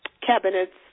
cabinets